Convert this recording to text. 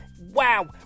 Wow